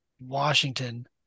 Washington